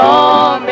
on